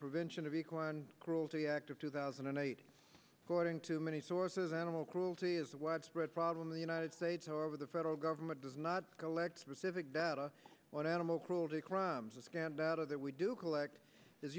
prevention of equine cruelty act of two thousand and eight according to many sources animal cruelty is a widespread problem in the united states however the federal government does not collect specific data on animal cruelty crimes askand out of that we do collect